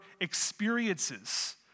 experiences